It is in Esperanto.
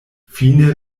fine